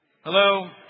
hello